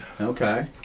Okay